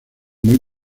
muy